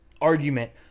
argument